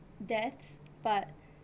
deaths but